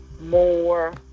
more